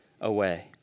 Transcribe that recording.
away